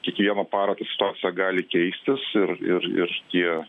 kiekvieną parą ta situacija gali keistis ir ir ir tie